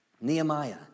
Nehemiah